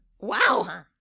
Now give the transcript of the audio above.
wow